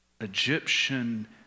Egyptian